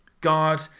God